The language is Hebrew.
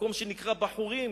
במקום שנקרא בחורים,